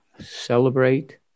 celebrate